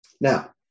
Now